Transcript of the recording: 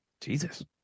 Jesus